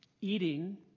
Eating